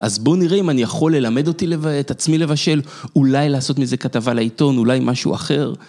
אז בוא נראה אם אני יכול ללמד אותי את עצמי לבשל, אולי לעשות מזה כתבה לעיתון, אולי משהו אחר.